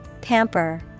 Pamper